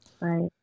right